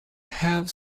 have